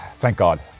thank god,